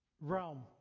realm